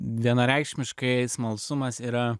vienareikšmiškai smalsumas yra